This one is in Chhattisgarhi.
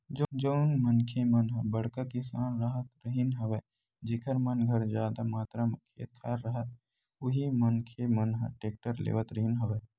जउन मनखे मन ह बड़का किसान राहत रिहिन हवय जेखर मन घर जादा मातरा म खेत खार राहय उही मनखे मन ह टेक्टर लेवत रिहिन हवय